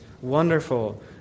wonderful